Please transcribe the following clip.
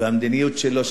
והמדיניות שלו,